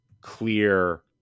clear